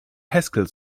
haskell